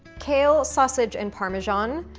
kale, sausage, and parmesan,